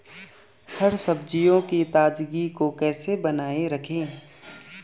हरी सब्जियों की ताजगी को कैसे बनाये रखें?